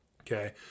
Okay